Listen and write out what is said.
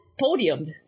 podiumed